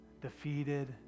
defeated